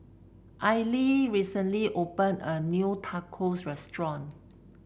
Aili recently opened a new Tacos Restaurant